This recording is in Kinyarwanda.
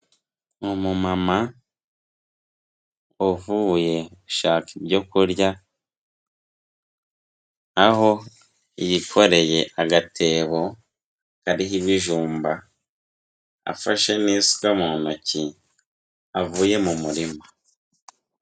Umu mama uvuye gushaka ibyo kurya, aho yikoreye agatebo kariho ibijumba afashe n’isuka mu ntoki, avuye mu murima.